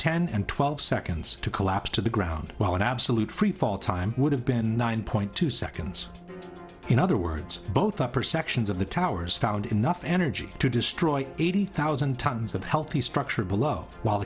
ten and twelve seconds to collapse to the ground while in absolute freefall time would have been nine point two seconds in other words both upper sections of the towers found enough energy to destroy eighty thousand tons of healthy structure below whil